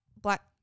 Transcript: black